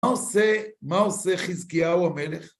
מה עושה חזקיהו המלך?